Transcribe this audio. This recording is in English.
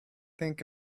think